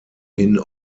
hin